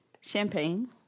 Champagne